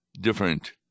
different